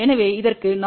எனவே இதற்கு நாம் j 1